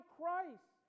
Christ